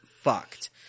fucked